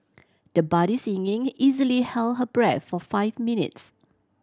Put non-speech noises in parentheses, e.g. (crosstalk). the budding (unintelligible) easily held her breath for five minutes